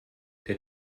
der